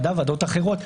גם ועדות אחרות,